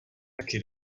taky